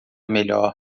melhor